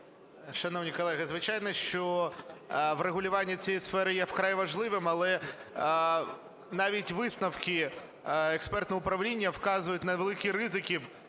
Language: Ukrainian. Шановні колеги, звичайно, що врегулювання цієї сфери є вкрай важливим, але навіть висновки експертного управління вказують на великі ризики